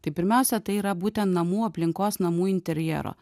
tai pirmiausia tai yra būtent namų aplinkos namų interjero